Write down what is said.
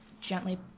gently